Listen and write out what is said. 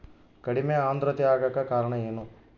ಕಡಿಮೆ ಆಂದ್ರತೆ ಆಗಕ ಕಾರಣ ಏನು?